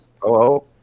Hello